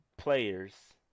Players